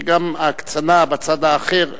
שגם ההקצנה בצד האחר,